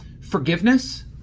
forgiveness